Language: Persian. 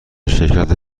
شرکت